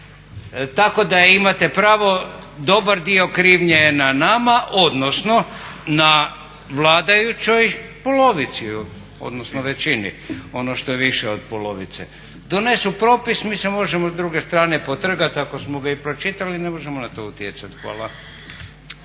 Tako da imate pravo, dobar dio krivnje je na nama odnosno na vladajućom polovici odnosno većini, ono što je više od polovice. Donesu propis, mi se možemo s druge strane potrgat ako smo ga i pročitali, ne možemo na to utjecat. Hvala.